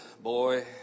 boy